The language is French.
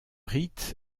rite